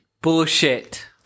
Bullshit